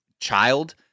child